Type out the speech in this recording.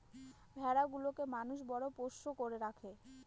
ভেড়া গুলোকে মানুষ বড় পোষ্য করে রাখে